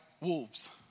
Wolves